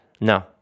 no